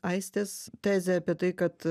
aistės tezė apie tai kad